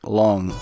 long